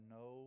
no